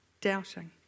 doubting